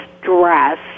dress